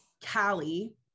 Cali